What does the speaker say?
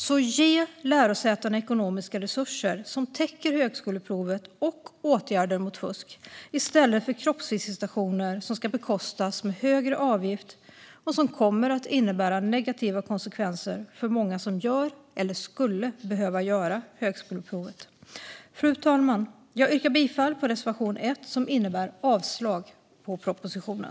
Ge alltså lärosätena ekonomiska resurser som täcker högskoleprovet och åtgärder mot fusk i stället för kroppsvisitationer som ska bekostas med högre avgift och som kommer att innebära negativa konsekvenser för många som gör eller skulle behöva göra högskoleprovet. Fru talman! Jag yrkar bifall till reservation 1, vilket innebär avslag på propositionen.